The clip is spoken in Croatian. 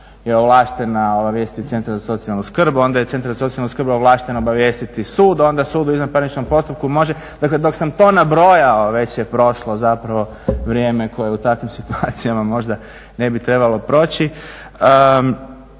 je ovlaštena obavijestit centar za socijalnu skrb, onda je centar za socijalnu skrb ovlašten obavijestiti sud, onda sud u izvanparničnom postupku može. Dakle dok sam to nabrojao već je prošlo zapravo vrijeme koje u takvim situacijama možda ne bi trebalo proći.